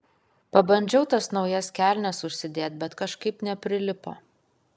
pabandžiau tas naujas kelnes užsidėt bet kažkaip neprilipo